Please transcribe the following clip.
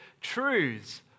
truths